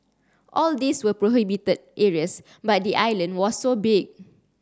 all these were prohibited areas but the island was so big